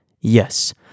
Yes